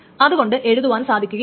അതുകൊണ്ട് എഴുതുവാൻ സാധിക്കുകയില്ല